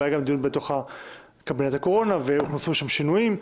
וגם היה דיון בתוך קבינט הקורונה ונכנסו לשם שינויים,